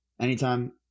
anytime